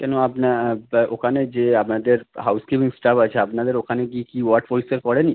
কেন আপনার ওখানে যে আমাদের হাউসকিপিং স্টাফ আছে আপনাদের ওখানে কি কি ওয়ার্ড পরিষ্কার করে নি